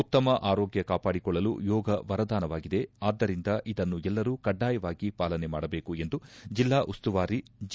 ಉತ್ತಮ ಆರೋಗ್ಯ ಕಾಪಾಡಿಕೊಳ್ಳಲು ಯೋಗ ವರದಾನವಾಗಿದೆ ಆದ್ದರಿಂದ ಇದನ್ನು ಎಲ್ಲರೂ ಕಡ್ಡಾಯವಾಗಿ ಪಾಲನೆ ಮಾಡಬೇಕು ಎಂದು ಜೆಲ್ಲಾ ಉಸ್ತುವಾರಿ ಜಿ